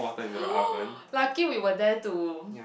oh lucky we were there to